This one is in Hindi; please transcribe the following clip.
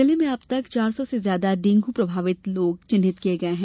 जिले में अब तक चार सौ से ज्यादा डेंगू प्रभावित चिन्हित किये गये हैं